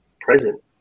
present